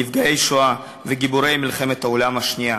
נפגעי השואה וגיבורי מלחמת העולם השנייה,